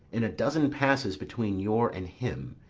in a dozen passes between your and him,